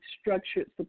structured